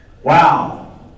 Wow